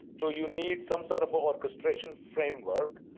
so you need some sort of orchestration framework.